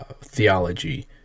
theology